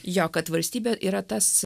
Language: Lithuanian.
jo kad valstybė yra tas